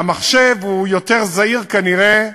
והמחשב הוא יותר זהיר, כנראה,